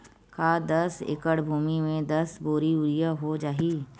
का दस एकड़ भुमि में दस बोरी यूरिया हो जाही?